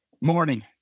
Morning